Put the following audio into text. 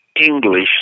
English